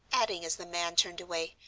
adding as the man turned away,